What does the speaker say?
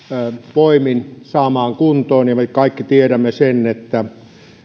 voimin saamaan kuntoon me kaikki tiedämme sen että